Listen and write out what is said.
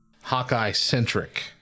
Hawkeye-centric